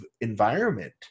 environment